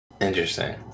Interesting